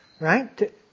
Right